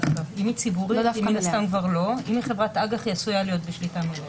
אבל יכול להיות שהיא לא במאה אחוז של המדינה.